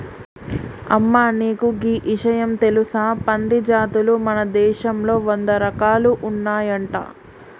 అమ్మ నీకు గీ ఇషయం తెలుసా పంది జాతులు మన దేశంలో వంద రకాలు ఉన్నాయంట